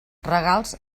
regals